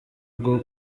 bwo